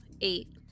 eight